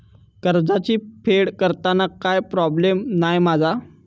कर्जाची फेड करताना काय प्रोब्लेम नाय मा जा?